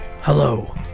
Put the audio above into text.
Hello